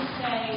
say